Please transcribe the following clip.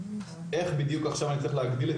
איך בדיוק עכשיו אני צריך להגדיל את